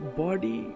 body